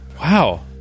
Wow